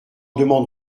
demande